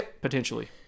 potentially